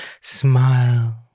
smile